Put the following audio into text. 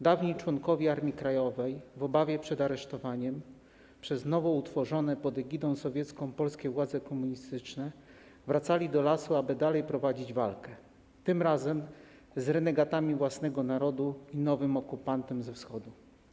Dawni członkowie Armii Krajowej w obawie przed aresztowaniem przez nowo utworzone pod sowiecką egidą polskie władze komunistyczne wracali do lasu, aby dalej prowadzić walkę, tym razem z renegatami własnego narodu i nowym okupantem ze Wschodu.